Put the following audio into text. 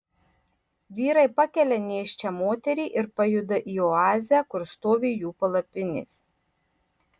vyrai pakelia nėščią moterį ir pajuda į oazę kur stovi jų palapinės